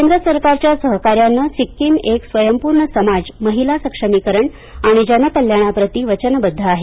केंद्र सरकारच्या सहकार्याने सिक्कीम एक स्वयंपूर्ण समाज महिला सक्षमीकरण आणि जन कल्याणाप्रती वचनबद्ध आहे